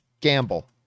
gamble